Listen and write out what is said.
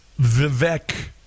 Vivek